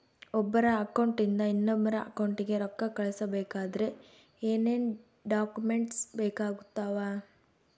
ಒಬ್ಬರ ಅಕೌಂಟ್ ಇಂದ ಇನ್ನೊಬ್ಬರ ಅಕೌಂಟಿಗೆ ರೊಕ್ಕ ಕಳಿಸಬೇಕಾದ್ರೆ ಏನೇನ್ ಡಾಕ್ಯೂಮೆಂಟ್ಸ್ ಬೇಕಾಗುತ್ತಾವ?